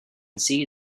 see